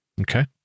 Okay